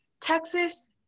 texas